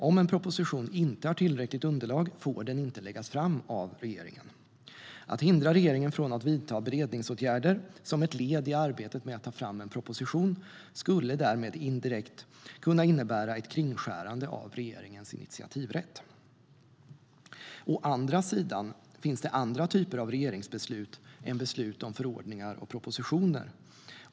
Om en proposition inte har tillräckligt underlag får den inte läggas fram av regeringen. Att hindra regeringen från att vidta beredningsåtgärder som ett led i arbetet med att ta fram en proposition skulle därmed indirekt kunna innebära ett kringskärande av regeringens initiativrätt. Å andra sidan finns det andra typer av regeringsbeslut än beslut om förordningar eller propositioner.